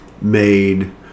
made